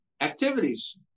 activities